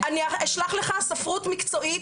אני אשלח לך ספרות מקצועית,